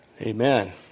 Amen